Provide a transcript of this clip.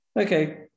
Okay